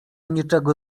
niczego